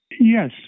Yes